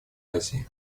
азии